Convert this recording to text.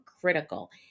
critical